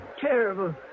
Terrible